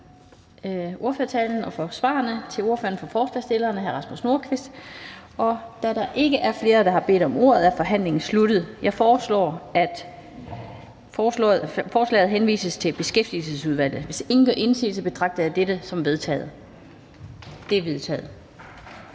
ordføreren for forslagsstillerne, for ordførertalen og svarene. Da der ikke er flere, der har bedt om ordet, er forhandlingen sluttet. Jeg foreslår, at forslaget henvises til Beskæftigelsesudvalget. Hvis ingen gør indsigelse, betragter jeg dette som vedtaget. Det er vedtaget.